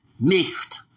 mixed